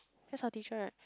that's our teacher right